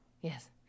Yes